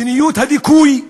מדיניות הדיכוי,